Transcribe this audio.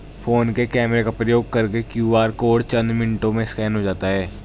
phone के camera का प्रयोग करके क्यू.आर कोड चंद मिनटों में स्कैन हो जाता है